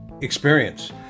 experience